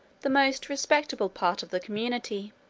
the most respectable part of the community.